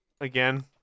again